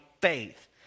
faith